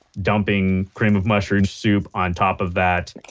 dumping cream of mushroom soup on top of that.